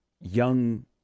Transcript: young